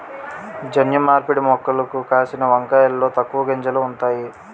జన్యు మార్పిడి మొక్కలకు కాసిన వంకాయలలో తక్కువ గింజలు ఉంతాయి